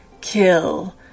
kill